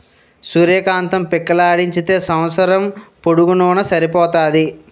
సూర్య కాంతం పిక్కలాడించితే సంవస్సరం పొడుగునూన సరిపోతాది